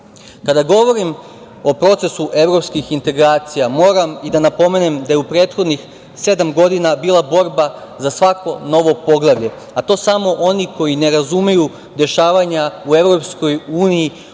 govorim o procesu evropskih integracija, moram i da napomenem da je u prethodnih sedam godina bila borba za svako novo poglavlje, a to samo oni koji ne razumeju dešavanja u EU u